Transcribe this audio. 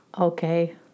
Okay